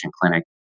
clinic